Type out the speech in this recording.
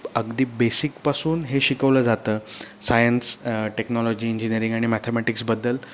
अगदी बेसिकपासून हे शिकवलं जातं सायन्स टेक्नॉलॉजी इंजिनियरिंग आणि मॅथमॅटिक्सबद्दल